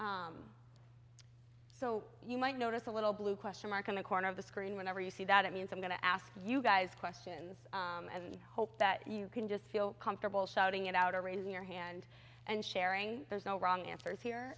children so you might notice a little blue question mark in the corner of the screen whenever you see that it means i'm going to ask you guys questions and hope that you can just feel comfortable shouting it out or raising your hand and sharing there's no wrong answers here